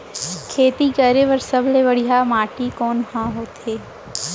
खेती करे बर सबले बढ़िया माटी कोन हा होथे?